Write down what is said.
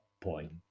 point